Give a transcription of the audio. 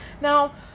Now